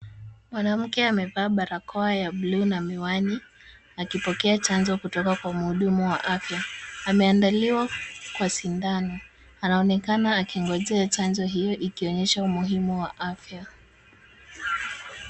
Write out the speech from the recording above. Mwanamke amevaa barakoa ya blue na miwani akipokea chanjo kutoka kwa mhudumu wa afya. Ameandaliwa kwa sindano. Anaonekana akingojea chanjo hiyo ikionyesha umuhimu wa afya.